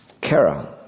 Kara